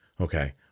Okay